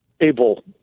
able